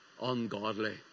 ungodly